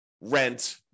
rent